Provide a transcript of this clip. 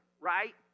right